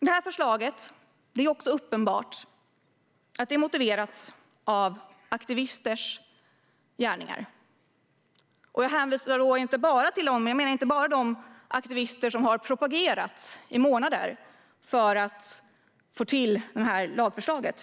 Det är uppenbart att det här förslaget motiverats av aktivisters gärningar. Jag menar då inte bara de aktivister som i månader har propagerat för att få till lagförslaget.